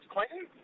Clinton